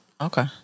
Okay